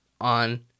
on